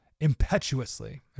impetuously